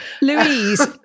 Louise